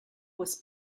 was